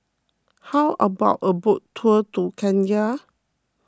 how about a boat tour to Kenya